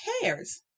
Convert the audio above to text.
cares